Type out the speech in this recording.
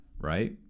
Right